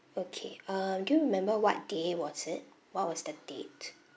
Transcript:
okay uh do you remember what day was it what was the date